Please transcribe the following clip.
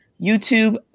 YouTube